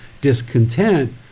discontent